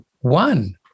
one